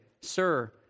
sir